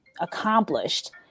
accomplished